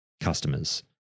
customers